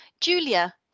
Julia